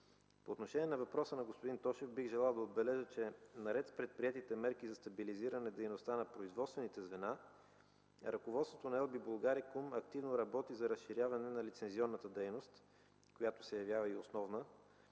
По отношение на въпроса на господин Тошев, бих желал да отбележа, че наред с предприетите мерки за стабилизиране дейността на производствените звена ръководството на „Ел Би Булгарикум” активно работи за разширяване на лицензионната дейност, която се явява и основна,